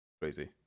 Crazy